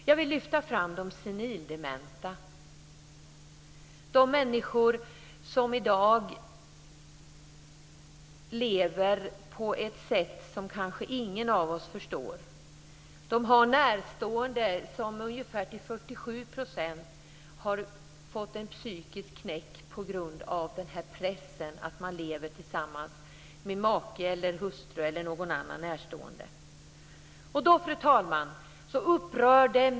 Jag vill lyfta fram de senildementa, de människor som i dag lever på ett sätt som kanske ingen av oss förstår. De har närstående som till ungefär 47 % har fått en psykisk knäck på grund av pressen att leva tillsammans med en senildement make, hustru eller annan närstående. Fru talman!